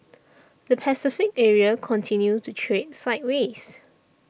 the Pacific area continued to trade sideways